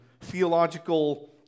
theological